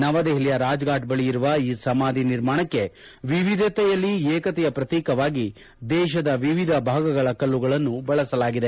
ನವದೆಹಲಿಯ ರಾಜಫಾಟ್ ಬಳಿ ಇರುವ ಈ ಸಮಾಧಿ ನಿರ್ಮಾಣಕ್ಕೆ ವಿವಿಧತೆಯಲ್ಲಿ ಏಕತೆಯ ಪ್ರತೀಕವಾಗಿ ದೇಶದ ವಿವಿಧ ಭಾಗಗಳ ಕಲ್ಲುಗಳನ್ನು ಬಳಸಲಾಗಿದೆ